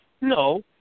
No